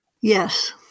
Yes